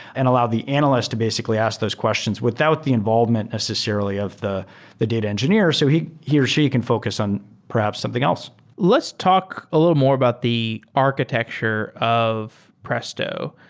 and allow the analyst to basically ask those questions without the involvement necessarily of the the data engineer so he he or she can focus on perhaps something else let's talk a little more about the architecture of presto.